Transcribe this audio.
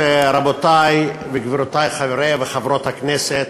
היושבת-ראש, רבותי וגבירותי חברי וחברות הכנסת,